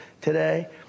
today